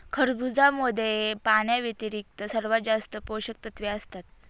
खरबुजामध्ये पाण्याव्यतिरिक्त सर्वात जास्त पोषकतत्वे असतात